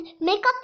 Makeup